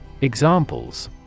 Examples